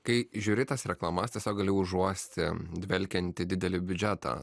kai žiūri tas reklamas tiesiog gali užuosti dvelkiantį didelį biudžetą